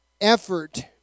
effort